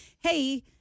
hey